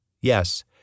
Yes